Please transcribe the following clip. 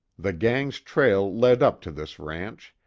the gang's trail led up to this ranch,